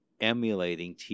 emulating